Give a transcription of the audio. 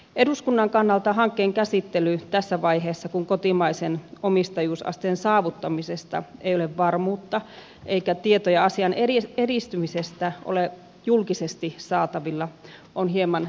eduskunnan kannalta hankkeen käsittely tässä vaiheessa kun kotimaisen omistajuusasteen saavuttamisesta ei ole varmuutta eikä tietoja asian edistymisestä ole julkisesti saatavilla on hieman erikoista